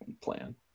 plan